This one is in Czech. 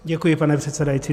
Děkuji, pane předsedající.